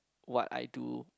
what I do